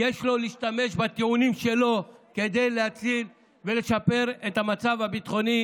להשתמש בטיעונים שלו כדי להציל ולשפר את המצב הביטחוני